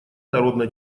народно